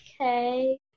Okay